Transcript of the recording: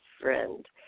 friend